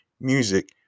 music